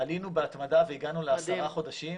עלינו בהתמדה והגענו לעשרה חודשים.